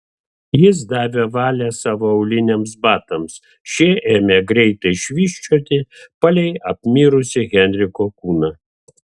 jis davė valią savo auliniams batams šie ėmė greitai švysčioti palei apmirusį henriko kūną